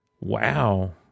Wow